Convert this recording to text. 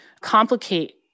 complicate